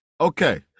Okay